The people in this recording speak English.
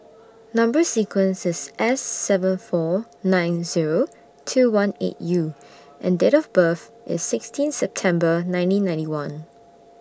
Number sequence IS S seven four nine Zero two one eight U and Date of birth IS sixteen September nineteen ninety one